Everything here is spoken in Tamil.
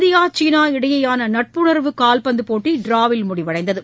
இந்தியா சீனா இடையேயானநட்புணர்வு கால்பந்துப்போட்டிடிராவில் முடிவடைந்தது